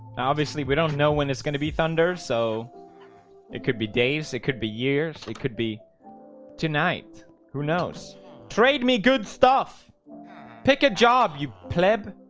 obviously, we don't know when it's gonna be thunder. so it could be days. it could be years. it could be tonight who knows trade me good stuff pick a job you pleb